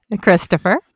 Christopher